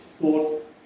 thought